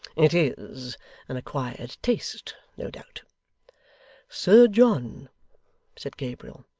it is an acquired taste, no doubt sir john said gabriel,